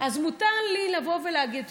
אז מותר לי לבוא ולהגיד,